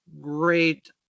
great